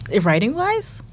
Writing-wise